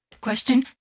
question